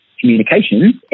communications